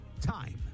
time